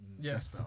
yes